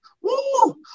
Woo